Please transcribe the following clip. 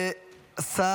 חברת הכנסת טלי גוטליב,